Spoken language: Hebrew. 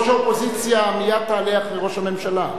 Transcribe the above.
רבותי, ראש האופוזיציה מייד תעלה אחרי ראש הממשלה.